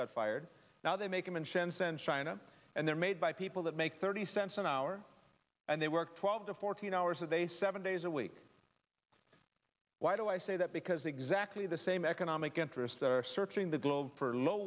got fired now they make a mention send china and they're made by people that make thirty cents an hour and they work twelve to fourteen hours a day seven days a week why do i say that because exactly the same economic interests that are searching the globe for low